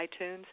iTunes